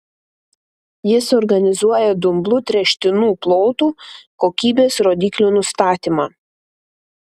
jis organizuoja dumblu tręštinų plotų kokybės rodiklių nustatymą